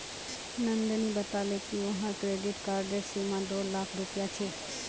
नंदनी बताले कि वहार क्रेडिट कार्डेर सीमा दो लाख रुपए छे